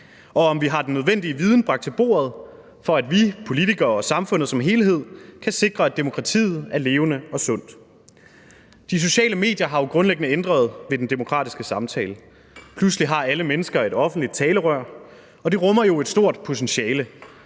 og om vi har den nødvendige viden bragt til bordet, for at vi politikere og samfundet som helhed kan sikre, at demokratiet er levende og sundt. De sociale medier har jo grundlæggende ændret ved den demokratiske samtale. Pludselig har alle mennesker et offentligt talerør, og det rummer jo et stort potentiale.